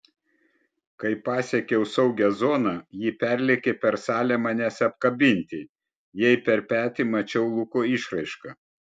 kai pasiekiau saugią zoną ji perlėkė per salę manęs apkabinti jai per petį mačiau luko išraišką